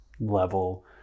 level